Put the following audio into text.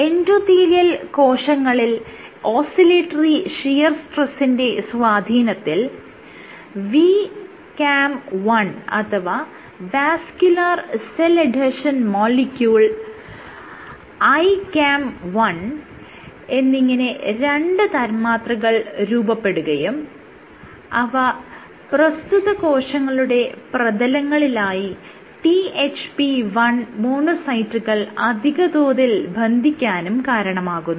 endothelial കോശങ്ങളിൽ oscillatory shear സ്ട്രെസിന്റെ സ്വാധീനത്തിൽ VCAM 1 അഥവാ vascular cell adhesion molecule ICAM 1 എന്നിങ്ങനെ ചില തന്മാത്രകൾ രൂപപ്പെടുകയും അവ പ്രസ്തുത കോശങ്ങളുടെ പ്രതലങ്ങളിലായി THP1 മോണോസൈറ്റുകൾ അധിക തോതിൽ ബന്ധിക്കാനും കാരണമാകുന്നു